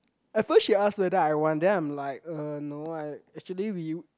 at first she ask whether I want then I'm like uh no I actually we